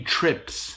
trips